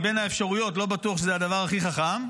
מבין האפשרויות לא בטוח שזה הדבר הכי חכם,